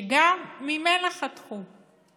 וגם ממנה חתכו.